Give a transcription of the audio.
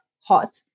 hot